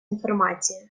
інформацію